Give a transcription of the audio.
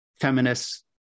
feminists